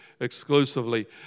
exclusively